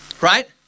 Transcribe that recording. Right